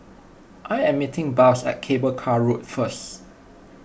I am meeting Blas at Cable Car Road first